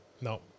No